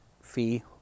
fee